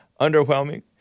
Underwhelming